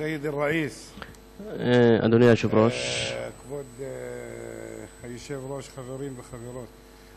סייד א-ראיס, כבוד היושב-ראש, חברים וחברות.